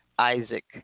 Isaac